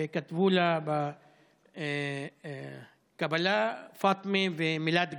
וכתבו לה בקבלה "פאטמה" ומילת גנאי,